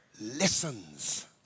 listens